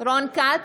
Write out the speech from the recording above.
רון כץ,